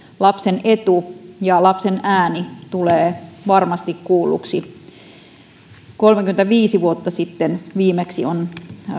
lapsen etu ja lapsen ääni tulee varmasti kuulluksi viimeksi kolmekymmentäviisi vuotta sitten on